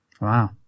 Wow